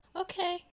Okay